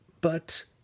But